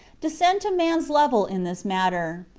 descend to man's level in this matter.